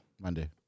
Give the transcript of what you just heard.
Monday